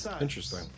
Interesting